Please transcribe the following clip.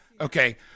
Okay